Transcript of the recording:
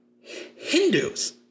Hindus